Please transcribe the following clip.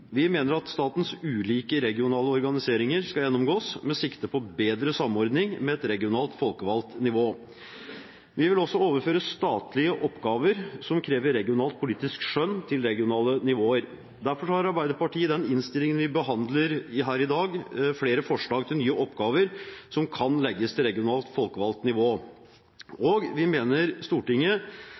Vi mener at statens ulike regionale organiseringer skal gjennomgås med sikte på bedre samordning med et regionalt folkevalgt nivå. Vi vil også overføre statlige oppgaver som krever regionalt politisk skjønn, til regionale nivåer. Derfor har Arbeiderpartiet i den innstillingen vi behandler her i dag, flere forslag til nye oppgaver som kan legges til regionalt folkevalgt nivå, og vi mener Stortinget